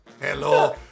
hello